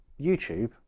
YouTube